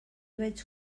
vaig